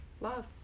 love